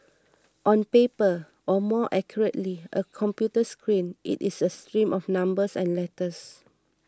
on paper or more accurately a computer screen it is a stream of numbers and letters